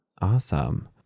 awesome